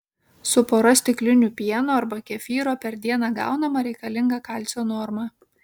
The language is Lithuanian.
su pora stiklinių pieno arba kefyro per dieną gaunama reikalinga kalcio norma